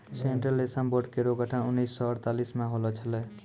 central रेशम board केरो गठन उन्नीस सौ अड़तालीस म होलो छलै